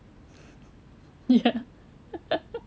ya